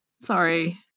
sorry